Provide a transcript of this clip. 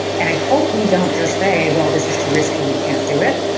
and i hope we don't just say, well, this is too risky, we can't do it.